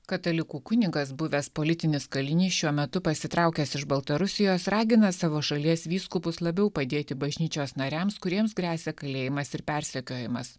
katalikų kunigas buvęs politinis kalinys šiuo metu pasitraukęs iš baltarusijos ragina savo šalies vyskupus labiau padėti bažnyčios nariams kuriems gresia kalėjimas ir persekiojamas